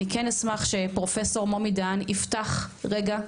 אני כן אשמח שפרופסור מומי דהן יפתח רגע,